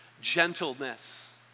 gentleness